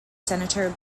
senator